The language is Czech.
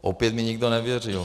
Opět mi nikdo nevěřil.